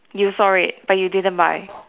you saw it but you didn't buy